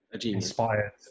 inspired